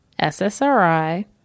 SSRI